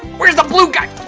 where's the blue guy?